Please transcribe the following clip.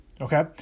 Okay